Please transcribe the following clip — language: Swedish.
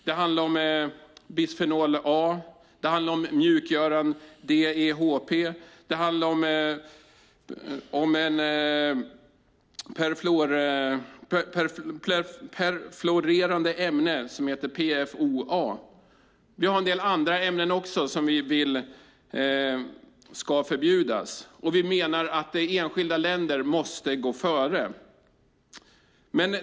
Det handlar om bisfenol A, mjukgöraren DEHP, om ett perfluorerat ämne som heter PFOA. Det finns en del andra ämnen som vi vill ska förbjudas. Vi menar att enskilda länder måste gå före.